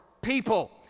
people